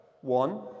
One